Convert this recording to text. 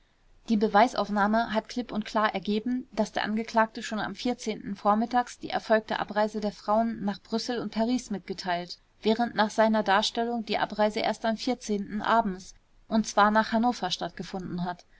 die beweisaufnahme hat klipp und klar ergeben daß der angeklagte schon am vormittags die erfolgte abreise der frauen nach brüssel und paris mitgeteilt während nach seiner darstellung die abreise erst am abends und zwar nach hannover stattgefunden hat